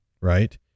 Right